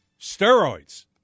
Steroids